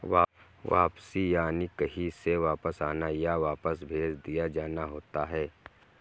वापसी यानि कहीं से वापस आना, या वापस भेज दिया जाना होता है